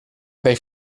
they